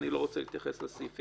אני לא רוצה להתייחס לסעיפים,